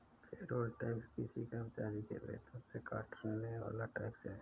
payroll tax किसी कर्मचारी के वेतन से कटने वाला टैक्स है